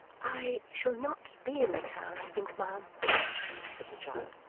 i shall not be in the town, i think, ma'am said the child.